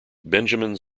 benjamin